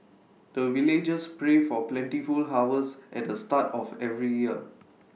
the villagers pray for plentiful harvest at the start of every year